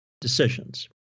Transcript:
decisions